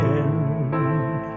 end